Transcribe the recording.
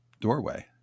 doorway